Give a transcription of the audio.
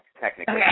technically